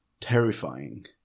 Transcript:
terrifying